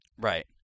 Right